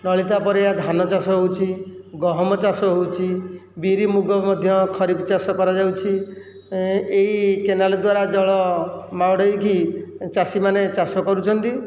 ନଳିତା ପରେ ଧାନ ଚାଷ ହେଉଛି ଗହମ ଚାଷ ହେଉଛି ବିରି ମୁଗ ମଧ୍ୟ ଖରିଫ ଚାଷ କରାଯାଉଛି ଏହି କେନାଲ ଦ୍ୱାରା ଜଳ ମଡ଼ାଇକି ଚାଷୀମାନେ ଚାଷ କରୁଛନ୍ତି